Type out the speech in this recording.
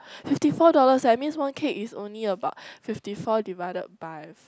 fifty four dollars that means one cake is only about fifty four divided by